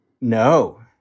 no